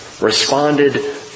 responded